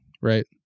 right